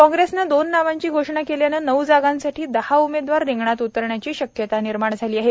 काँग्रेसने दोन नावांची घोषणा केल्याने नऊ जागांसाठी दहा उमेदवार रिंगणात उतरण्याची शक्यता निर्माण झाली आहे